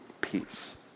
peace